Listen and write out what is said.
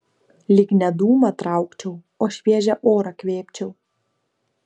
lyg ne dūmą traukčiau o šviežią orą kvėpčiau